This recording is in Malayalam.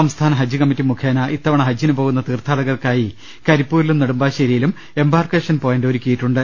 സംസ്ഥാന ഹജ്ജ് കമ്മിറ്റി മുഖേന ഇത്തവണ ഹജ്ജിന് പോകുന്ന തീർഥാടകർക്കായി കരിപ്പൂരിലും നെടുമ്പാശേരിയിലും എംബാർക്കേഷൻ പോയിന്റ് ഒരുക്കിയിട്ടുണ്ട്